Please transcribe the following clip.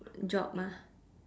job ah